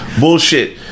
Bullshit